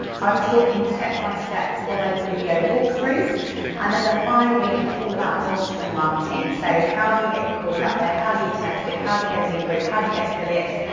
i'm talking step by step, follow the video walkthroughs and then the final week is all about launch and marketing, so how do you get your course out there, how do you test it, how do you get a beta group, how do you get affiliates,